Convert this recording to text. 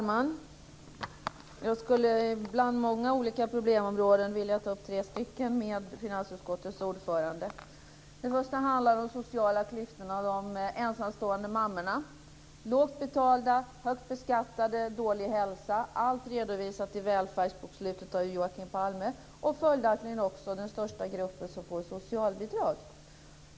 Fru talman! Bland många olika problemområden skulle jag vilja ta upp tre områden med finansutskottets ordförande. Det första problemområdet handlar om de sociala klyftorna och de ensamstående mammorna - lågt betalda, högt beskattade och med dålig hälsa; allt redovisat i Välfärdsbokslutet av Joakim Palme. Följaktligen är det här den största gruppen som får socialbidrag.